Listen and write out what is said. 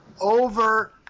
over